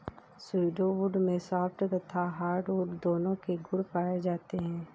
pseudo wood में soft तथा hardwood दोनों के गुण पाए जाते हैं